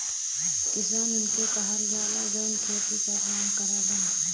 किसान उनके कहल जाला, जौन खेती क काम करलन